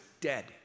dead